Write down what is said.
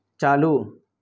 چالو